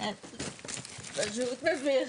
פשוט מביך.